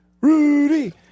Rudy